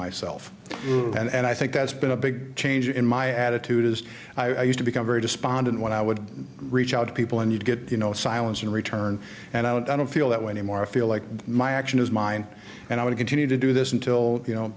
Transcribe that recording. myself and i think that's been a big change in my attitude as i used to become very despondent when i would reach out to people i need to get you know silence in return and i don't i don't feel that way anymore i feel like my action is mine and i will continue to do this until you know